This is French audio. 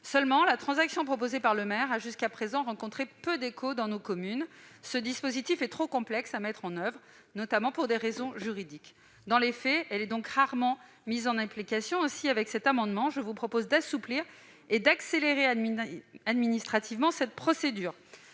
Seulement, la transaction proposée par le maire a jusqu'à présent rencontré peu d'écho dans les communes. En effet, ce dispositif peut sembler complexe à mettre en oeuvre, notamment pour des raisons juridiques. Dans les faits, la transaction est rarement mise en application. Aussi, par cet amendement, il s'agit d'assouplir et d'accélérer administrativement cette procédure.